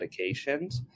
medications